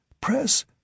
Press